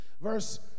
Verse